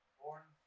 born